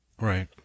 right